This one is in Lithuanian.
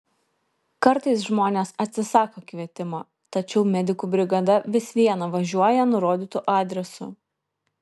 kartais žmonės atsisako kvietimo tačiau medikų brigada vis viena važiuoja nurodytu adresu